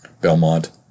Belmont